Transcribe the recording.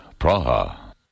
Praha